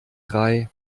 drei